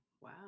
Wow